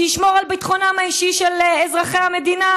שישמור על ביטחונם האישי של אזרחי המדינה